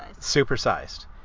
Supersized